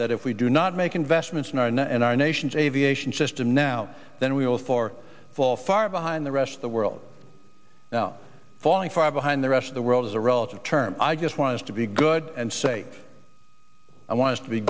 that if we do not make investments in our now and our nation's aviation system now then we will for fall far behind the rest of the world now falling far behind the rest of the world is a relative term i just want to be good and say i want to be